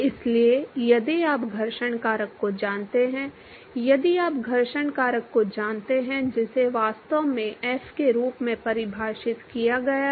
इसलिए यदि आप घर्षण कारक को जानते हैं यदि आप घर्षण कारक को जानते हैं जिसे वास्तव में f के रूप में परिभाषित किया गया है